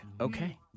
Okay